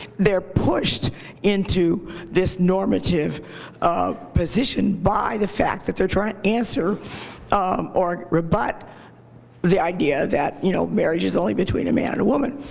they're pushed into this normative position by the fact that they're trying to answer or rebut the idea that you know marriage is only between a man and a woman.